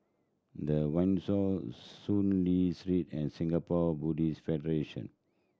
The Windsor Soon Lee Street and Singapore Buddhist Federation